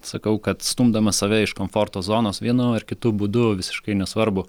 sakau kad stumdamas save iš komforto zonos vienu ar kitu būdu visiškai nesvarbu